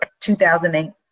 2008